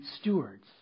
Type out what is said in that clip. stewards